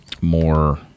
more